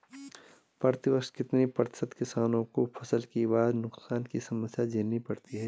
प्रतिवर्ष कितने प्रतिशत किसानों को फसल के बाद नुकसान की समस्या झेलनी पड़ती है?